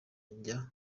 njya